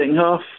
half